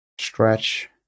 stretch